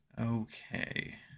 Okay